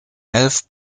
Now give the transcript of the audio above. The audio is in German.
elf